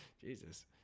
Jesus